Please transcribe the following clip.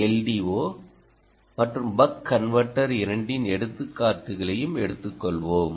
LDO மற்றும் buck converter இரண்டின் எடுத்துக்காட்டுகளையும் எடுத்துக்கொள்வோம்